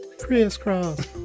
Crisscross